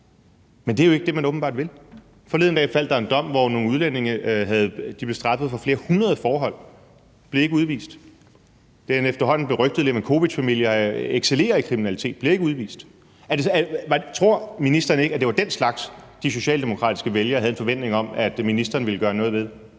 Men det er jo ikke det, man åbenbart vil. Forleden dag faldt der en dom, hvor nogle udlændinge blev straffet for flere hundrede forhold, men de blev ikke udvist. Den efterhånden berygtede Levakovicfamilie excellerer i kriminalitet, men bliver ikke udvist. Tror ministeren ikke, at det var den slags, de socialdemokratiske vælgere havde en forventning om at ministeren ville gøre noget ved?